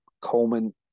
Coleman